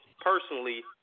personally